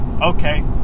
Okay